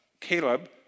Caleb